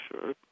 sure